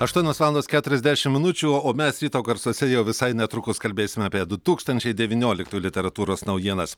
aštuonios valandos keturiasdešim minučių o mes ryto garsuose jau visai netrukus kalbėsim apie du tūkstančiai devynioliktų literatūros naujienas